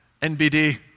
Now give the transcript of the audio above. NBD